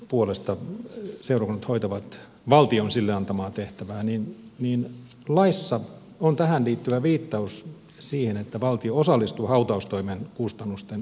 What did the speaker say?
puolesta se hoituvat valtion sille antamaa tehtävää niin niin laissa on tähän liittyvä viittaus siihen että valtio osallistuu hautaustoimen kustannusten korvaamiseen